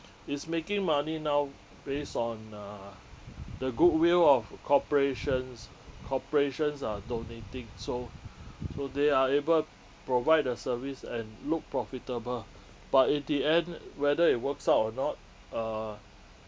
it's making money now based on uh the goodwill of corporations corporations are donating so so they are able to provide the service and look profitable but in the end whether it works out or not uh